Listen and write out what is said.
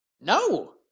No